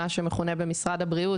כפי שזה מכונה במשרד הבריאות